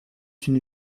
une